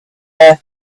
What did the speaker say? earth